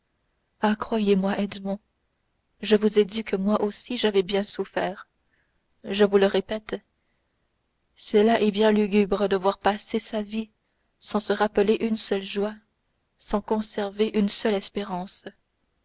ah croyez-moi edmond je vous ai dit que moi aussi j'avais bien souffert je vous le répète cela est bien lugubre de voir passer sa vie sans se rappeler une seule joie sans conserver une seule espérance